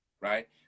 Right